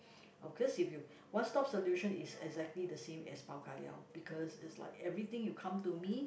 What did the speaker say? of course if you one stop solution is exactly the same as pau-ka-liao because is like everything you come to me